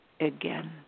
again